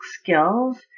skills